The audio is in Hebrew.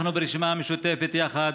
אנחנו ברשימה המשותפת יחד,